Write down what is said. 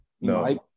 No